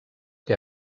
que